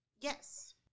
Yes